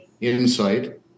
insight